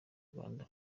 rwanda